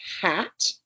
hat